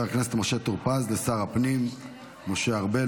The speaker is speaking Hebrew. הכנסת משה טור פז לשר הפנים משה ארבל,